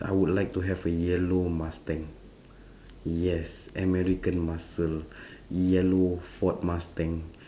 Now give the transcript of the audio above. I would like to have a yellow mustang yes american muscle yellow ford mustang